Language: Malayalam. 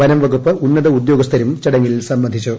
വനംവകുപ്പ് ഉന്നത ഉദ്യോഗസ്ഥരും ചടങ്ങിൽ സ്ഫ്ണ്ഡിച്ചു